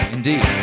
Indeed